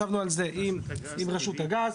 ישבנו על זה עם רשות הגז,